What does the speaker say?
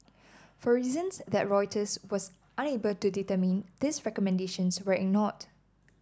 for reasons that Reuters was unable to determine these recommendations were ignored